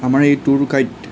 আমাৰ এই tour guide